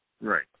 Right